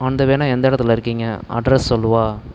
on the வேண்ணா எந்த இடத்துல இருக்கீங்க அட்ரெஸ் சொல்லவா